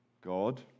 God